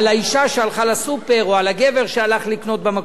שהלכה לסופר או על הגבר שהלך לקנות במכולת.